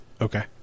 okay